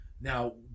Now